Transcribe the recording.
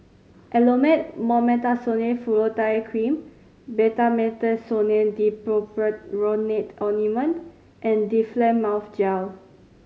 Elomet Mometasone Furoate Cream Betamethasone Dipropionate Ointment and Difflam Mouth Gel